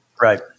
Right